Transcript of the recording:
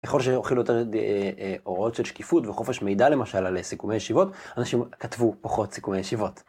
ככל שהאכילו אותנו הוראות של שקיפות וחופש מידע למשל על סיכומי ישיבות, אנשים כתבו פחות סיכומי ישיבות.